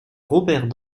robert